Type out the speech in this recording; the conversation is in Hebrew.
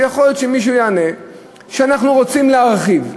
ויכול להיות שמישהו יענה שאנחנו רוצים להרחיב,